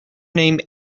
name